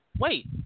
Wait